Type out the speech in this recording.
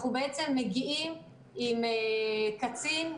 אנחנו מגיעים עם קצין,